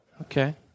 Okay